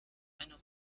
einer